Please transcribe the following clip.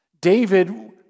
David